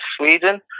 Sweden